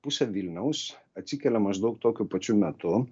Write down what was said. pusė vilniaus atsikelia maždaug tokiu pačiu metu